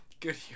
good